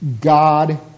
God